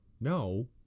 no